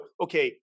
okay